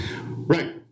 Right